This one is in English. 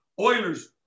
oilers